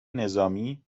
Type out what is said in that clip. نظامی